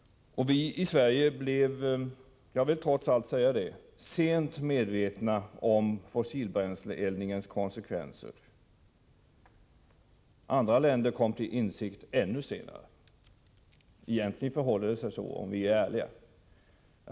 Vii Sverige blev — jag vill säga det — sent medvetna om fossilbränsleeldningens konsekvenser. Andra länder kom till insikt ännu senare. Om vi är ärliga måste vi erkänna att det egentligen förhåller sig så.